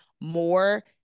more